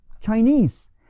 Chinese